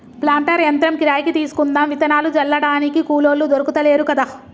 planter యంత్రం కిరాయికి తీసుకుందాం విత్తనాలు జల్లడానికి కూలోళ్లు దొర్కుతలేరు కదా